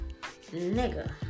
Nigga